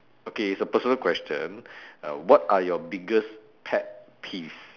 okay it's a personal question what are your biggest pet peeves